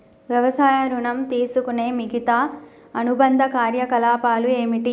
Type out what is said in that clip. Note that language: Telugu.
వ్యవసాయ ఋణం తీసుకునే మిగితా అనుబంధ కార్యకలాపాలు ఏమిటి?